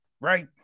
right